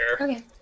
Okay